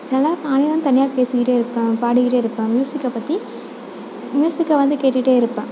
சில நேரம் நானே வந்து தனியாக பேசிக்கிட்டே இருப்பேன் பாடிக்கிட்டே இருப்பேன் மியூசிக்கை பற்றி மியூசிக்கை வந்து கேட்டுகிட்டே இருப்பேன்